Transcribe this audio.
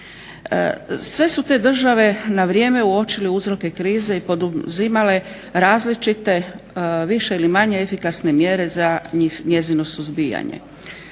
Sve su te države na vrijeme uočile uzroke krize i poduzimale različite više ili manje efikasne mjere za njezino suzbijanje.